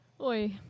Oi